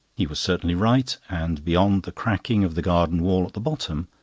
he was certainly right and beyond the cracking of the garden wall at the bottom,